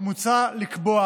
מוצע לקבוע